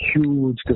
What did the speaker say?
huge